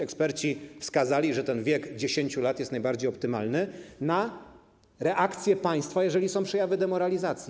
Eksperci wskazali, że ten wiek 10 lat jest najbardziej optymalny na reakcję państwa, jeżeli są przejawy demoralizacji.